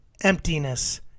emptiness